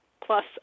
plus